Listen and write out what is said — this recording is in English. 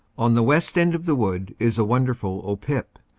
on the west end of the wood is a wonderful o-pip,